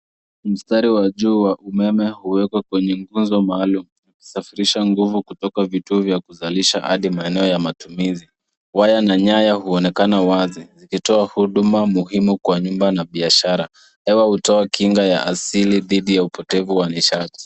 Mstari wa juu wa umeme huwekwa kwenye nguzo maalum kusafirisha nguvu kutoka vituo vya kuzalisha ardhi maeneo ya matumizi. Waya na nyaya huonekana wazi zikitoa huduma muhimu kwa nyumba na biashara ama hutoa kinga ya asili didhi ya upotevu wa nishati.